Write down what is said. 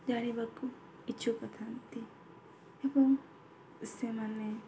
ଜାଣିବାକୁ ଇଚ୍ଛୁକ ଥାଆନ୍ତି ଏବଂ ସେମାନେ